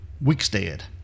Wickstead